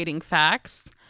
facts